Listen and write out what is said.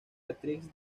actriz